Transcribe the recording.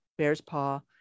Bearspaw